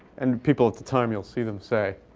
and people at the time, you'll see them say,